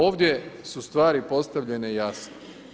Ovdje su stvari postavljene jasno.